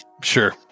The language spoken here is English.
sure